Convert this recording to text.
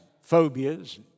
phobias